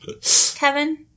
Kevin